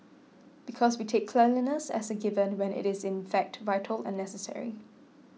because we take cleanliness as a given when it is in fact vital and necessary